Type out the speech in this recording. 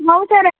ହଉ ସାର୍